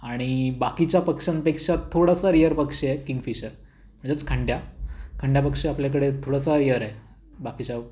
आणि बाकीच्या पक्षांपेक्षा थोडासा रिअर पक्षी आहे किंगफिशर म्हणजेच खंड्या खंड्या पक्षी आपल्याकडे थोडासा रिअर आहे बाकीच्या